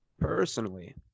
personally